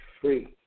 free